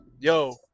Yo